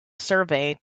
survey